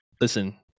Listen